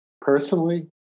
personally